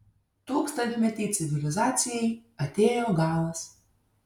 tūkstantmetei civilizacijai atėjo galas